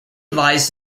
lies